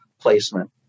placement